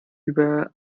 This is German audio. über